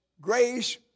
grace